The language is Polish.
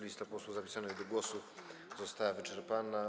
Lista posłów zapisanych do głosu została wyczerpana.